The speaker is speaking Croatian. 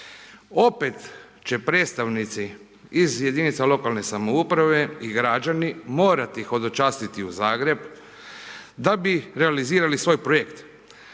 Opet će predstavnici iz jedinica lokalne samouprave i građani morati hodočastiti u Zagreb da bi realizirali svoj projekt,